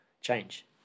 Change